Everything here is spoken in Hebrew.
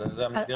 זאת המסגרת.